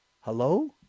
hello